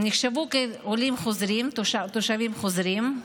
הם נחשבו לתושבים חוזרים,